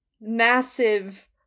massive